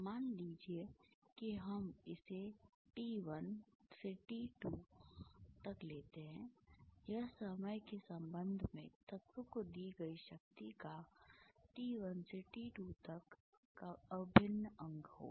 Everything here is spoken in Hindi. मान लीजिए कि हम इसे t 1 से t 2 तक लेते हैं यह समय के संबंध में तत्व को दी गई शक्ति का t 1 से t 2 तक का अभिन्न अंग होगा